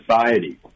society